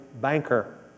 banker